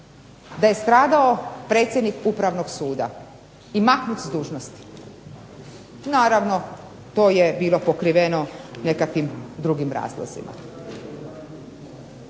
da je stradao predsjednik Upravnog suda, i maknut s dužnosti. Naravno to je bilo pokriveno nekakvim drugim razlozima.